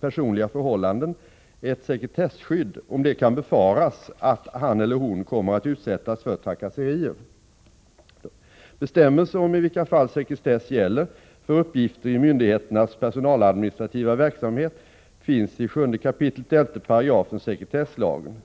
personliga förhållanden ett sekretesskydd, om det kan befaras att han eller hon kommer att utsättas för trakasserier. Bestämmelser om i vilka fall sekretess gäller för uppgifter i myndigheternas personaladministrativa verksamhet finns i 7 kap. 11 § sekretesslagen.